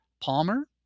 Palmer